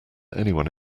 anyone